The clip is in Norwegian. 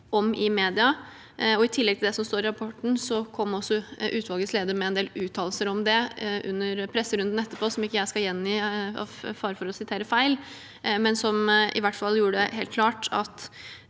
om i mediene. I tillegg til det som står i rapporten, kom også utvalgets leder med en del uttalelser om det under presserunden etterpå som jeg ikke skal gjengi, av fare for å sitere feil, men som i hvert fall gjorde det helt klart at